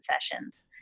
sessions